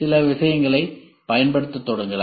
சில விஷயங்களை பயன்படுத்தத் தொடங்கலாம்